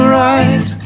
right